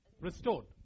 restored